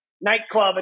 nightclub